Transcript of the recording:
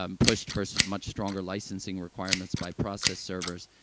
um pushed for much stronger licensing requirements by process servers.